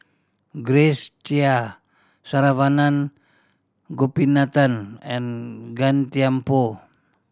Grace Chia Saravanan Gopinathan and Gan Thiam Poh